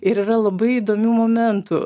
ir yra labai įdomių momentų